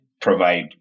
provide